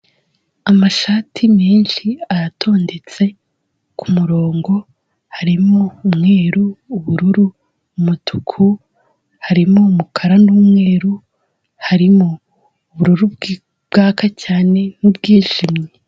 Amashati menshi aratondetse ku murongo. Harimo umweru, ubururu, umutuku, harimo umukara n'umweru, harimo ubururu bwaka cyane, n'ubwijimye.